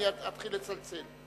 אני אתחיל לצלצל.